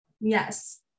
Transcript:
Yes